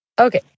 Okay